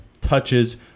touches